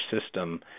system